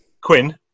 Quinn